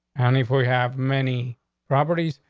and if we have many properties.